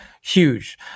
huge